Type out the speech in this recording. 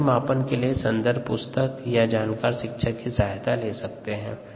सही मापन के लिए संदर्भ पुस्तक या जानकर शिक्षक की सहायता ले सकते है